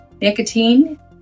nicotine